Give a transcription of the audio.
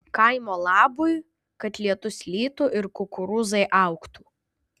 kaimo labui kad lietus lytų ir kukurūzai augtų